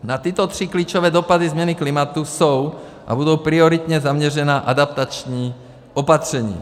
Na tyto tři klíčové dopady změny klimatu jsou a budou prioritně zaměřena adaptační opatření.